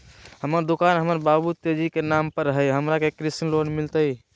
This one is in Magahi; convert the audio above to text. हमर दुकान हमर बाबु तेजी के नाम पर हई, हमरा के कृषि लोन मिलतई?